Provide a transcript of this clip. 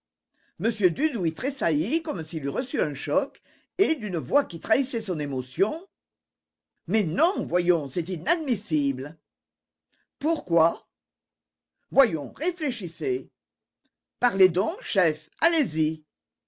m dudouis tressaillit comme s'il eût reçu un choc et d'une voix qui trahissait son émotion mais non voyons c'est inadmissible pourquoi voyons réfléchissez parlez donc chef allez-y